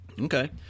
Okay